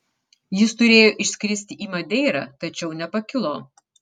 jis turėjo išskristi į madeirą tačiau nepakilo